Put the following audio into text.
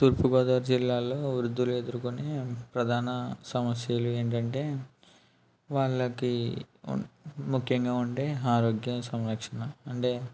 తూర్పుగోదావరి జిల్లాలో వృద్ధులు ఎదుర్కొనే ప్రధాన సమస్యలు ఏంటంటే వాళ్ళకి ముఖ్యంగా ఉండే ఆరోగ్యం సంరక్షణ అంటే